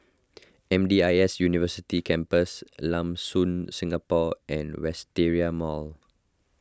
M D I S University Campus Lam Soon Singapore and Wisteria Mall